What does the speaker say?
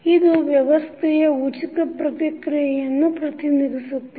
ಇದು ವ್ಯವಸ್ಥೆಯ ಉಚಿತ ಪ್ರತಿಕ್ರಿಯನ್ನು ಪ್ರತಿನಿಧಿಸುತ್ತದೆ